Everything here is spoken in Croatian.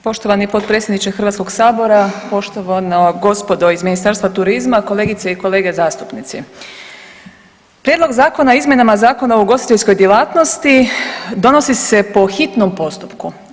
Poštovani potpredsjedniče Hrvatskog sabora, poštovana gospodo iz Ministarstva turizma, kolegice i kolege zastupnici, Prijedlog Zakona o izmjenama Zakona o ugostiteljskoj djelatnosti donosi se po hitnom postupku.